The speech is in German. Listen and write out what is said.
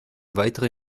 weitere